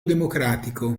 democratico